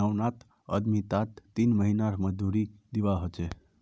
नवजात उद्यमितात तीन महीनात मजदूरी दीवा ह छे